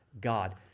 God